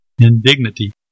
indignity